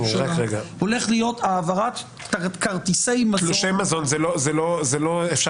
ועומדת להיות העברת כרטיסי מזון -- אפשר